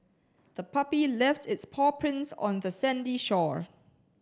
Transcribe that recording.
the puppy left its paw prints on the sandy shore